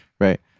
right